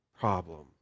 problem